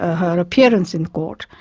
ah her appearance in court,